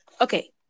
Okay